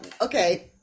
Okay